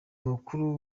mukuru